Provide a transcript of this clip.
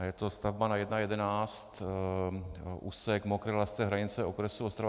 Je to stavba na I/11, úsek Mokré Lazce hranice okresu Ostrava.